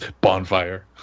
Bonfire